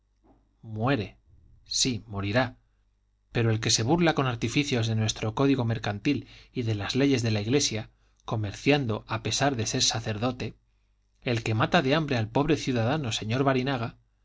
muere sí morirá pero el que se burla con artificios de nuestro código mercantil y de las leyes de la iglesia comerciando a pesar de ser sacerdote el que mata de hambre al pobre ciudadano señor barinaga